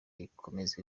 ikomeza